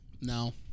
No